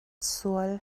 sual